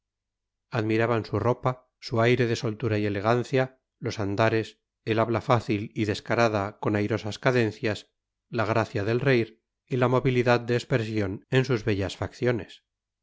admiraban su ropa su aire de soltura y elegancia los andares el habla fácil y descarada con airosas cadencias la gracia del reír y la movilidad de expresión en sus bellas facciones